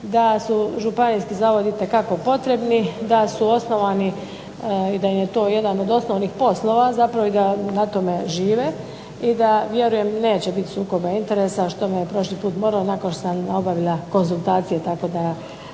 da su županijski zavodi itekako potrebni, da su osnovani i da im je to jedan od osnovnih poslova zapravo i da na tome žive i da vjerujem neće biti sukoba interesa što me je prošli put morilo nakon što sam obavila konzultacije tako da